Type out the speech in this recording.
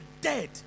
dead